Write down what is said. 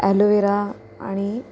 aloe vera आणि